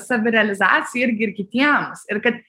savirealizaciją irgi ir kitiems ir kad